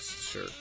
sure